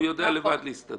הוא יודע לבד להסתדר.